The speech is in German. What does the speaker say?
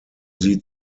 sie